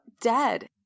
dead